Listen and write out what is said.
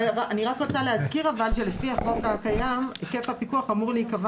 רוצה להזכיר שלפי החוק הקיים היקף הפיקוח אמור להיקבע